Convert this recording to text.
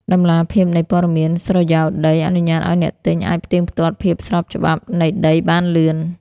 តម្លាភាពនៃព័ត៌មានសុរិយោដី អនុញ្ញាតឱ្យអ្នកទិញអាចផ្ទៀងផ្ទាត់ភាពស្របច្បាប់នៃដីបានលឿន។